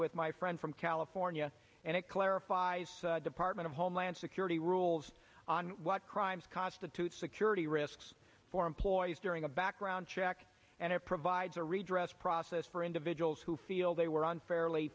with my friend from california and it clarifies department of homeland security rules on what crimes constitute security risks for employees during a background check and it provides a redress process for individuals who feel they were unfairly